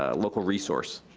ah local resource.